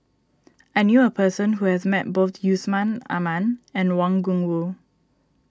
I knew a person who has met both Yusman Aman and Wang Gungwu